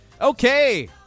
Okay